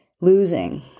losing